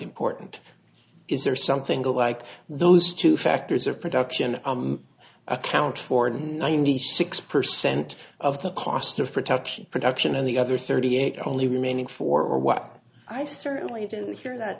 important is there something like those two factors of production accounts for ninety six percent of the cost of production production and the other surrogate only remaining for what i certainly didn't hear that